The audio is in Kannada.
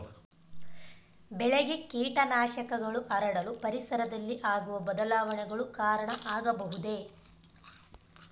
ಬೆಳೆಗೆ ಕೇಟನಾಶಕಗಳು ಹರಡಲು ಪರಿಸರದಲ್ಲಿ ಆಗುವ ಬದಲಾವಣೆಗಳು ಕಾರಣ ಆಗಬಹುದೇ?